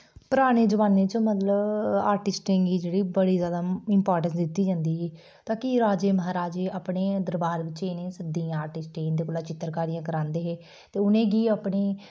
पराने जमाने च मतलब आटिस्टें गी जेह्ड़ी बड़ी ज्यादा इम्पॉटेंस दित्ती जंदी ही ताकि राजे महाराजे दरबार बिच्च सद्दियै आटिस्टें गी इं'दे कोला चित्रकारियां करांदे हे ते उ'नेंगी अपने